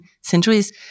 centuries